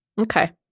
Okay